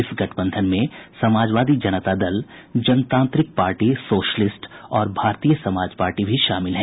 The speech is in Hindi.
इस गठबंधन में समाजवादी जनता दल जनतांत्रिक पार्टी सोशलिस्ट और भारतीय समाज पार्टी भी शामिल हैं